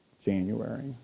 January